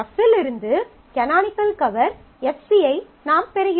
F இலிருந்து canonical cover Fc ஐ நாம் பெறுகிறோம்